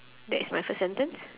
that is my first sentence